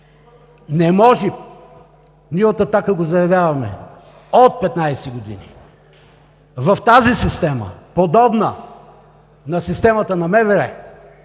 Не може – ние от „Атака“ го заявяваме – от 15 години в тази система, подобно на системата на МВР,